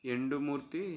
Yandamuri